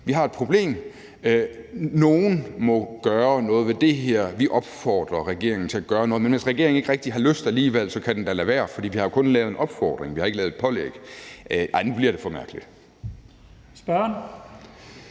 vi har et problem, synes man, og nogle må gøre noget ved det, og man opfordrer regeringen til at gøre noget, men hvis regeringen ikke rigtig har lyst til det alligevel, så kan den da lade være, for man har kun lavet en opfordring og ikke et pålæg. Nej, nu bliver det for mærkeligt.